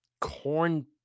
corn